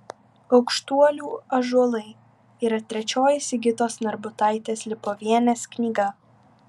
aukštuolių ąžuolai yra trečioji sigitos narbutaitės lipovienės knyga